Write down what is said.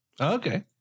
Okay